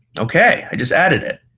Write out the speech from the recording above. okay. i just added it.